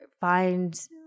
find